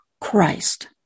Christ